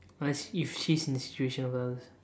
must if she's in the situation well